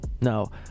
No